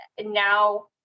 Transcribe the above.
now